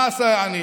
מה עשה העני?